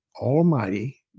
almighty